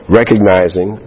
recognizing